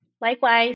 Likewise